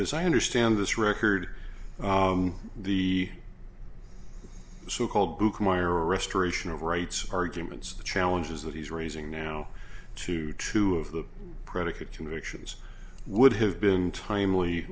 as i understand this record the the so called blue choir restoration of rights arguments the challenges that he's raising now to two of the predicate convictions would have been timely